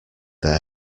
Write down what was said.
their